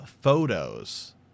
photos